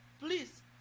Please